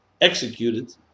executed